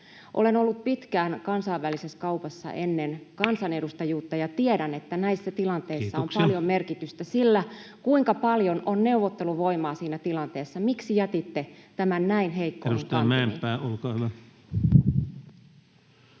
Olen ollut pitkään kansainvälisessä kaupassa ennen kansanedustajuutta ja tiedän, että näissä tilanteissa on paljon merkitystä sillä, [Puhemies: Kiitoksia!] kuinka paljon on neuvotteluvoimaa siinä tilanteessa. Miksi jätitte tämän näin heikkoihin kantimiin?